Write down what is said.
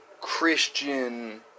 Christian